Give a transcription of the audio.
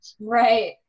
Right